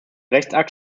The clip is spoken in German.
rechtsakt